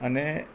અને